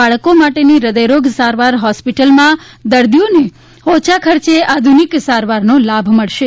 બાળકો માટેની હ્રદયરોગ સારવાર હોસ્પિટલમાં દર્દીઓને ઓછા ખર્ચે આધુનિક સારવારનો લાભ મળશે